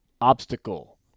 obstacle